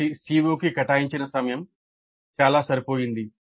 ప్రతి CO కి కేటాయించిన సమయం చాలా సరిపోయింది